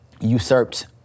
usurped